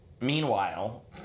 meanwhile